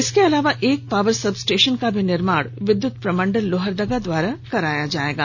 इसके अलावा एक पावर सब स्टेशन का भी निर्माण विद्युत प्रमण्डल लोहरदगा द्वारा कराया जायेगा